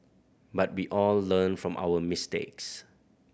but we all learn from our mistakes